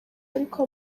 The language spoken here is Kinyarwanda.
ariko